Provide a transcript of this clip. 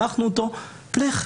שלחנו אותו לך,